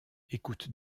écoute